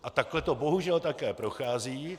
A takhle to bohužel také prochází.